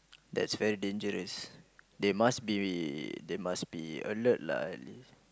that's very dangerous they must be they must be alert lah at least